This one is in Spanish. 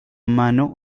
mano